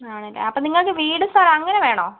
ആണല്ലേ അപ്പം നിങ്ങൾക്ക് വീടും സ്ഥലവും അങ്ങനെ വേണോ